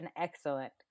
excellent